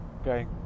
Okay